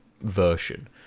version